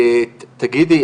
תגידי,